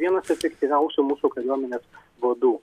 vienas efektyviausių mūsų kariuomenės vadų